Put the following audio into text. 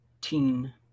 teen